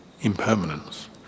impermanence